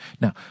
Now